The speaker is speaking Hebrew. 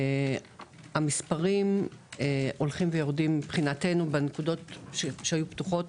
המספקים הולכים ויורדים בנקודות שהיו פתוחות.